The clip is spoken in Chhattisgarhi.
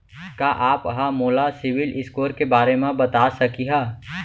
का आप हा मोला सिविल स्कोर के बारे मा बता सकिहा?